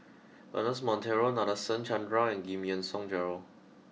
Ernest Monteiro Nadasen Chandra and Giam Yean Song Gerald